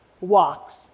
walks